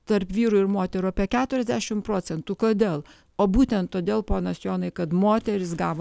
tarp vyrų ir moterų apie keturiasdešim procentų kodėl o būtent todėl ponas jonai kad moterys gavo